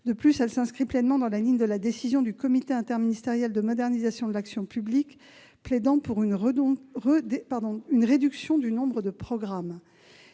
De plus, elle s'inscrit pleinement dans la ligne tracée par le comité interministériel pour la modernisation de l'action publique, lequel plaide pour une réduction du nombre de programmes.